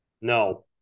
No